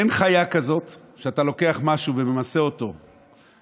אין חיה כזאת שאתה לוקח משהו וממסה אותו ב-1,600%.